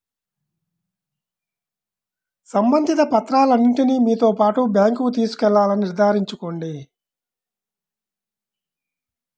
సంబంధిత పత్రాలన్నింటిని మీతో పాటు బ్యాంకుకు తీసుకెళ్లాలని నిర్ధారించుకోండి